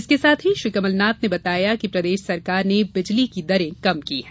इसके साथ ही श्री कमलनाथ ने बताया कि प्रदेश सरकार ने बिजली की दरें कम की हैं